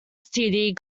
std